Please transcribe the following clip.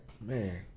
man